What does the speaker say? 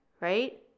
right